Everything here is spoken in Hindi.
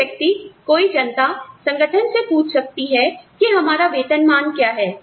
कोई व्यक्ति कोई जनता संगठन से पूछ सकती है कि हमारा वेतन मान क्या है